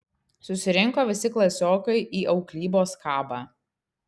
susirinko visi klasiokai į auklybos kabą